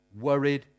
worried